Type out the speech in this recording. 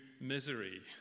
misery